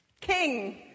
King